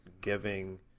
giving